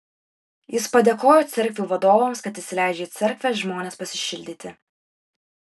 jis padėkojo cerkvių vadovams kad įsileidžia į cerkves žmones pasišildyti